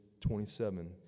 27